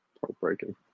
Heartbreaking